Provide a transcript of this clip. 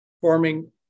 forming